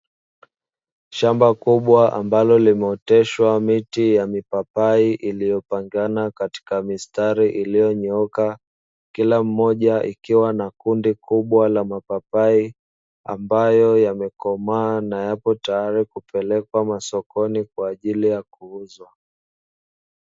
Shamba kubwa ambalo limeteshwa miti ya mipapai iliyopangana katika mistari iliyonyooka kila mmoja ikiwa na kundi kubwa la mapapai, ambayo yamekomaa na yapo tayari kupelekwa masokoni kwa ajili ya kuuzwa.